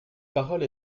parole